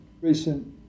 recent